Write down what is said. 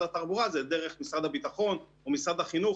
התחבורה זה דרך משרד הביטחון או משרד החינוך.